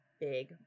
big